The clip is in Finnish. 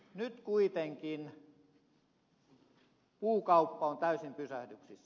nyt kuitenkin puukauppa on täysin pysähdyksissä